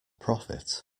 profit